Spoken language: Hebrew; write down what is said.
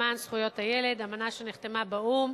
למען זכויות הילד, אמנה שנחתמה באו"ם,